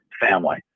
family